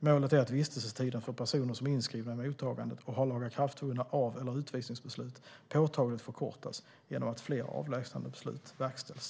Målet är att vistelsetiden för personer som är inskrivna i mottagandet och har lagakraftvunna av eller utvisningsbeslut påtagligt förkortas genom att fler avlägsnandebeslut verkställs.